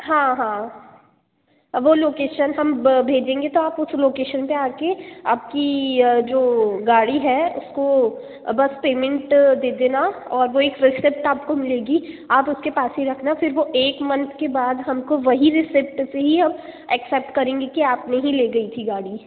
हाँ हाँ अब वो लोकेशन हम ब भेजेंगे तो आप उस लोकेशन पर आकर आपकी अ जो गाड़ी है उसको बस पेमेंट दे देना और वो एक रिसिप्ट आपको मिलेगी आप उसके पास ही रखना फिर वो एक मंथ के बाद हमको वही रिसिप्ट चाहिए एक्सेप्ट करेंगे कि आपने ही ले गई थी गाड़ी